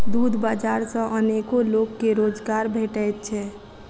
दूध बाजार सॅ अनेको लोक के रोजगार भेटैत छै